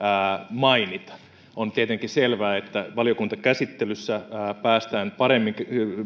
mainita on tietenkin selvää että valiokuntakäsittelyssä päästään paremmin